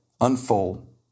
unfold